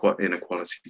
Inequality